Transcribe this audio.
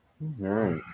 right